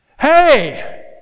Hey